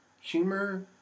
humor